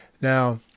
Now